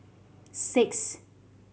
six